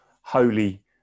Holy